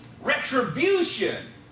retribution